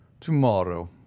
Tomorrow